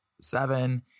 seven